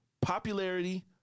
Popularity